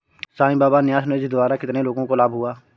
साई बाबा न्यास निधि द्वारा कितने लोगों को लाभ हुआ?